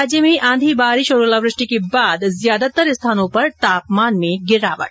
राज्य में आंधी बारिश और ओलावृष्टि के बाद ज्यादातर स्थानों पर तापमान में गिरावट